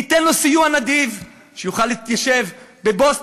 ניתן לו סיוע נדיב שיוכל להתיישב בבוסטון,